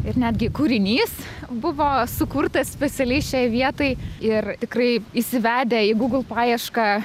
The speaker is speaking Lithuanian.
ir netgi kūrinys buvo sukurtas specialiai šiai vietai ir tikrai įsivedę į google paiešką